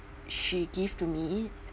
she give to me